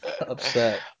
upset